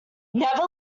never